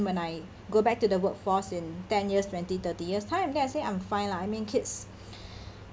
when I go back to the workforce in ten years twenty thirty years time then I say I'm fine lah I mean kids